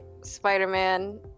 Spider-Man